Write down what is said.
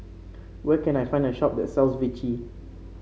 where can I find a shop that sells Vichy